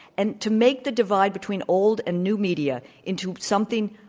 and to make the divide between old and new media into something,